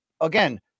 again